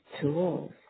tools